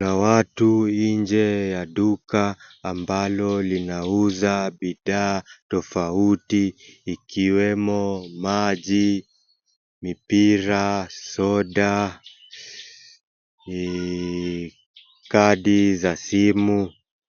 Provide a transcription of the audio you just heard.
Kuna watu nje ya duka ambalo linauza bidhaa tofauti, ikiwemo maji, mipira, soda, kadi za simu.